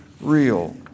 real